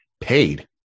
paid